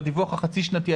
בדיווח החצי שנתי,